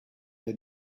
est